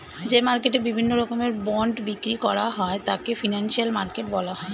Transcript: যে মার্কেটে বিভিন্ন রকমের বন্ড বিক্রি করা হয় তাকে ফিনান্সিয়াল মার্কেট বলা হয়